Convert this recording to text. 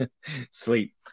sweet